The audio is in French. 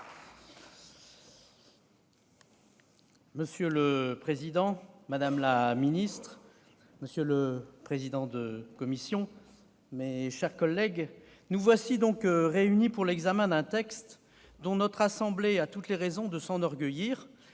Monsieur le président, madame la secrétaire d'État, monsieur le président de la commission, mes chers collègues, nous voici réunis pour l'examen d'un texte dont la Haute Assemblée a toutes les raisons de s'enorgueillir.